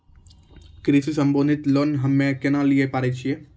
कृषि संबंधित लोन हम्मय केना लिये पारे छियै?